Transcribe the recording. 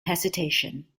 hesitation